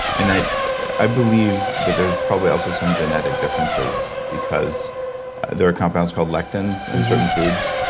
and i i believe that there's probably also some genetic differences because there are compounds called lectins in certain foods.